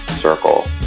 circle